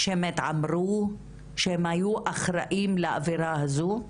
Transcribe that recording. התעמרו והיו אחראים לאווירה הזו?